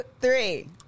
three